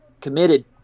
committed